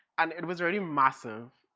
and it was already massive.